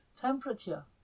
temperature